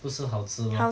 不是好吃吗